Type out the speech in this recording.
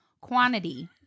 Quantity